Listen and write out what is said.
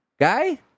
guy